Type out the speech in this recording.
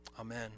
Amen